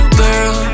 girl